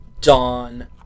Dawn